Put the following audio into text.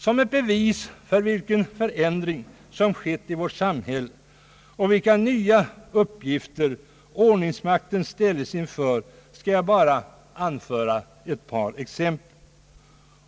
Som ett bevis på vilken förändring som skett i vårt samhälle och vilka nya uppgifter ordningsmakten ställs inför, skall jag bara anföra ett par exempel.